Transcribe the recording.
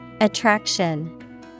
Attraction